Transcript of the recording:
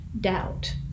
doubt